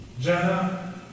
Jenna